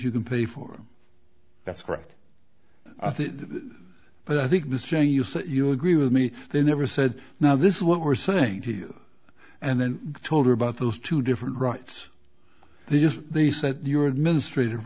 you can pay for him that's correct but i think this year you say you agree with me they never said now this is what we're saying to you and then told her about those two different rights they just they said you're administrative